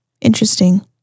Interesting